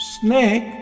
Snake